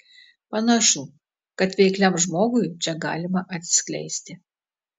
panašu kad veikliam žmogui čia galima atsiskleisti